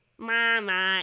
mama